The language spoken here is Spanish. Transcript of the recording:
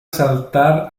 saltar